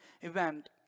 event